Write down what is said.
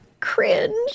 cringe